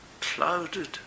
clouded